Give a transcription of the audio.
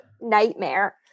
nightmare